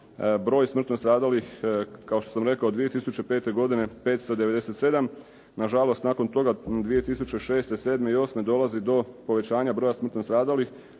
broj smrtno stradalih kao što sam rekao 2005. godine 597., nažalost nakon toga 2006., '07. i '08. dolazi do povećanja broja smrtno stradalih